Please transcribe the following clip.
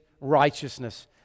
righteousness